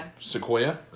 Sequoia